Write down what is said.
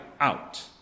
out